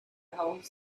whole